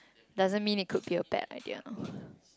doesn't mean it could be a bad idea